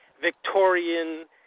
Victorian